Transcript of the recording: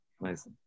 Nice